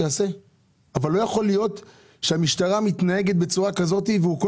אז שיעשה אבל לא יכול להיות שהמשטרה מתנהגת בצורה כזאת והוא לא